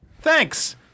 thanks